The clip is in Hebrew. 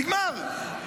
נגמר.